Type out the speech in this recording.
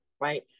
right